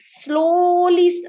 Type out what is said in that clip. slowly